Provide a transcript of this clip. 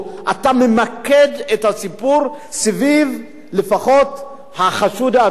אתה לפחות ממקד את הסיפור סביב החשוד עצמו,